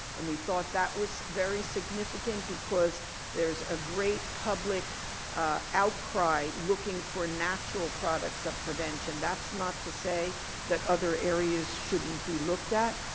and we thought that was very significant because there is a great public outcry looking for natural products of prevention. that's not to say that other areas shouldn't be looked at,